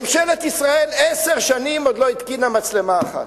ממשלת ישראל עשר שנים עוד לא התקינה מצלמה אחת.